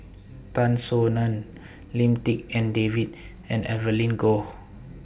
Tan Soo NAN Lim Tik En David and Evelyn Goh